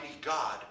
God